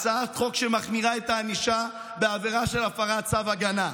הצעת חוק שמחמירה את הענישה בעבירה של הפרת צו הגנה.